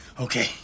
okay